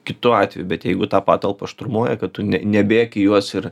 kitu atveju bet jeigu tą patalpą šturmuoja kad tu ne nebėk į juos ir